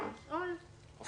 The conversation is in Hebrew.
לשאול אם